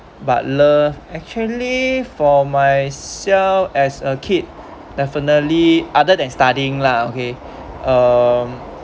but love actually for myself as a kid definitely other than studying lah okay um